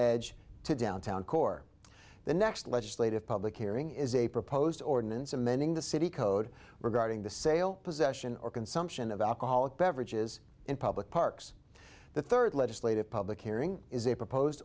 edge to downtown core the next legislative public hearing is a proposed ordinance amending the city code regarding the sale possession or consumption of alcoholic beverages in public parks the third legislative public hearing is a propose